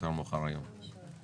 לדיון מאוחר יותר היום.